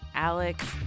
Alex